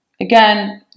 again